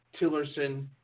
Tillerson